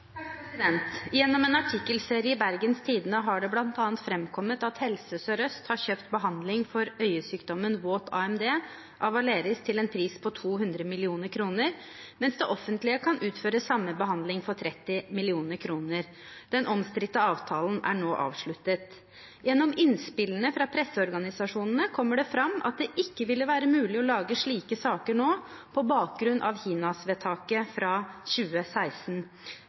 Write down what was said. Gjennom en artikkelserie i Bergens Tidende har det bl.a. framkommet at Helse Sør-Øst har kjøpt behandling for øyesykdommen våt AMD av Aleris til en pris på 200 mill. kr, mens det offentlige kan utføre samme behandling for 30 mill. kr. Den omstridte avtalen er nå avsluttet. Gjennom innspillene fra presseorganisasjonene kommer det fram at det ikke ville være mulig å lage slike saker nå, på bakgrunn av HINAS-vedtaket fra 2016.